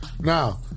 Now